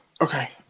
okay